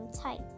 tight